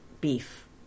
beef